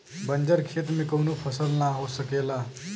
बंजर खेत में कउनो फसल ना हो सकेला